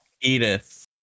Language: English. Edith